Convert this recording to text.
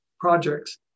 projects